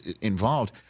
involved